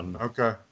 Okay